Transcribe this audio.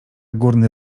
górny